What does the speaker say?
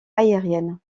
aérienne